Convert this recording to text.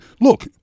look